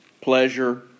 pleasure